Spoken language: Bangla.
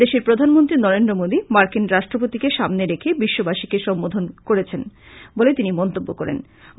দেশের প্রধানমন্ত্রী নরেন্দ্র মোদী মার্কিন রাষ্ট্রপতিকে সামনে রেখে বিশ্ববাসীকে সম্বোধন করেছেন